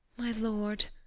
my lord,